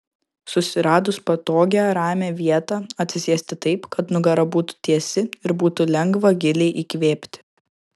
susiradus patogią ramią vietą atsisėsti taip kad nugara būtų tiesi ir būtų lengva giliai įkvėpti